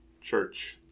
church